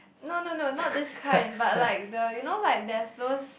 no no no not this kind but like the you know like there's those